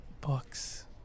books